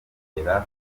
agera